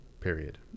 Period